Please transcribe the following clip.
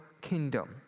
kingdom